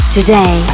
Today